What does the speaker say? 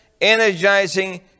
energizing